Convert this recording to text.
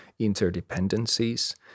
interdependencies